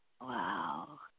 Wow